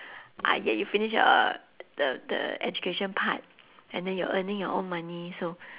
uh yeah you finish your the the education part and then you're earning your own money so